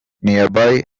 nearby